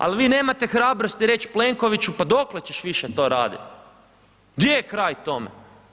Ali vi nemate hrabrosti reći Plenkoviću pa dokle ćeš više to raditi, di je kraj tome.